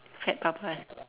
fat papa